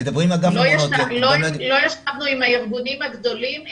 לא ישבנו עם הארגונים הגדולים.